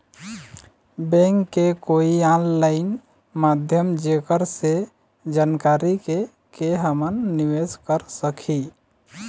Bank के कोई online माध्यम जेकर से जानकारी के के हमन निवेस कर सकही?